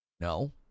No